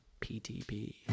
ptp